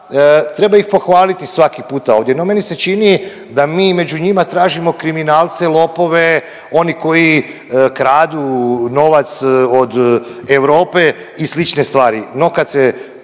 treba ih pohvaliti svaki puta ovdje. No meni se čini da mi među njima tražimo kriminalce, lopove oni koji kradu novac od Europe i slične stvari.